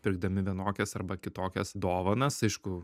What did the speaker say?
pirkdami vienokias arba kitokias dovanas aišku